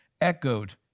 echoed